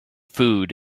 food